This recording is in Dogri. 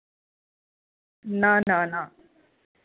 ना ना ना